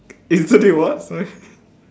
instantly what sorry